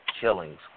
killings